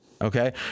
Okay